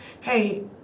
hey